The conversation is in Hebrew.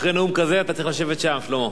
אחרי נאום כזה אתה צריך לשבת שם, שלמה.